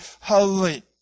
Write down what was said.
holy